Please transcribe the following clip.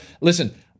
Listen